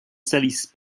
salisse